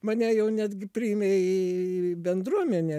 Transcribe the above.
mane jau netgi priėmė į bendruomenę